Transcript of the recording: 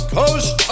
coast